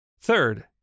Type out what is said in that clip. Third